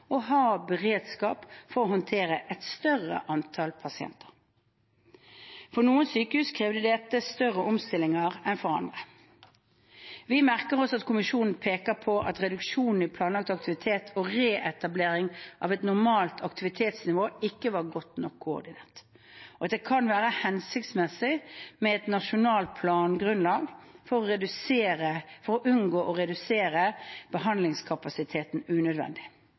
og ha beredskap for å håndtere et større antall pasienter. For noen sykehus krevde dette større omstillinger enn for andre. Vi merker oss at kommisjonen peker på at reduksjonen i planlagt aktivitet og reetablering av et mer normalt aktivitetsnivå ikke var godt nok koordinert, og at det kan være hensiktsmessig med et nasjonalt plangrunnlag for å unngå å redusere behandlingskapasiteten unødvendig.